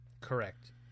Correct